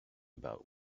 about